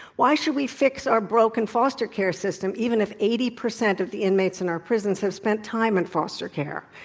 why should we fix our broken foster care system even if eighty percent of the inmates in our prison have spent time in and foster care?